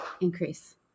increase